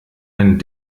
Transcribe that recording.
ein